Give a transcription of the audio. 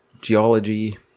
Geology